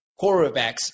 quarterbacks